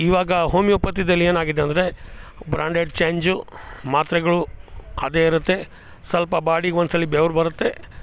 ಇವಾಗ ಹೋಮಿಯೋಪತಿದಲ್ಲಿ ಏನಾಗಿದೆ ಅಂದರೆ ಬ್ರ್ಯಾಂಡೆಡ್ ಚೇಂಜು ಮಾತ್ರೆಗಳು ಅದೇ ಇರುತ್ತೆ ಸ್ವಲ್ಪ ಬಾಡಿಗೆ ಒಂದು ಸಲ ಬೆವ್ರು ಬರುತ್ತೆ